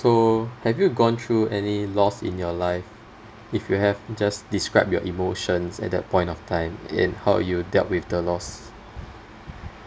so have you gone through any loss in your life if you have just describe your emotions at that point of time and how you dealt with the loss